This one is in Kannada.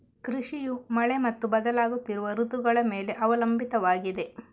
ಕೃಷಿಯು ಮಳೆ ಮತ್ತು ಬದಲಾಗುತ್ತಿರುವ ಋತುಗಳ ಮೇಲೆ ಅವಲಂಬಿತವಾಗಿದೆ